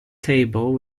table